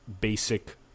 basic